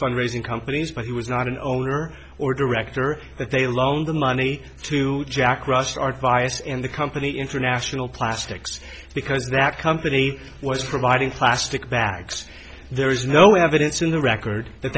fund raising companies but he was not an owner or director that they loaned the money to jack russell our vice in the company international plastics because that company was providing plastic bags there is no evidence in the record that